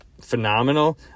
phenomenal